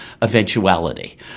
eventuality